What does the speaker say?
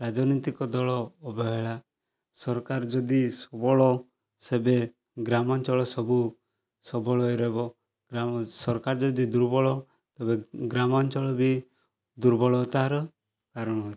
ରାଜନୈତିକ ଦଳ ଅବହେଳା ସରକାର ଯଦି ସୁବଳ ସେବେ ଗ୍ରାମାଞ୍ଚଳ ସବୁ ସବଳ ହୋଇରହିବ ସରକାର ଯଦି ଦୁର୍ବଳ ତେବେ ଗ୍ରାମାଞ୍ଚଳ ବି ଦୁର୍ବଳତାର କାରଣ ହୋଇଥାଏ